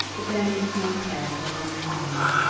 but there needs no care for a woman's honour,